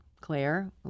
Claire